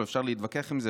אפשר להתווכח על זה,